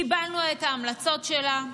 קיבלנו את ההמלצות שלה,